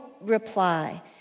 reply